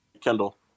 Kendall